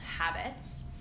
habits